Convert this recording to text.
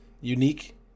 unique